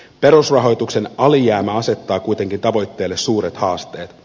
perusrahoituksen alijäämä asettaa kuitenkin tavoitteelle suuret haasteet